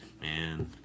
Man